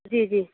जी जी